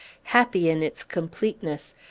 happy in its completeness,